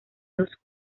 los